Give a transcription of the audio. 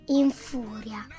infuria